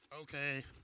Okay